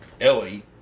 Ellie